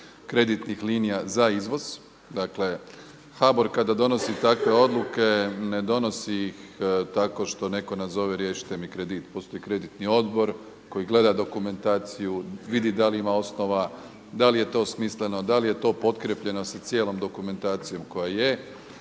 kreditnih linija za izvoz, dakle HBOR kada donosi takve odluke ne donosi ih tako što neko nazove riješite mi kredit. Postoji kreditni odbor koji gleda dokumentaciju, vidi da li ima osnova, da li je to smisleno, da li je to potkrepljeno sa cijelom dokumentacijom koja je.